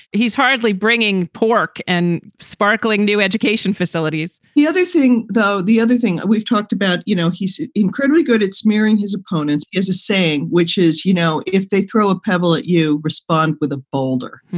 he's hardly bringing pork and sparkling new education facilities the other thing, though, the other thing we've talked about, you know, he's incredibly good at smearing his opponents is a saying, which is, you know, if they throw a pebble at you, respond with a boulder,